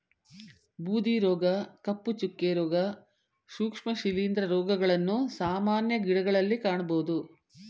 ಬೂದಿ ರೋಗ, ಕಪ್ಪು ಚುಕ್ಕೆ, ರೋಗ, ಸೂಕ್ಷ್ಮ ಶಿಲಿಂದ್ರ ರೋಗಗಳನ್ನು ಸಾಮಾನ್ಯ ಗಿಡಗಳಲ್ಲಿ ಕಾಣಬೋದು